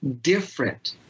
different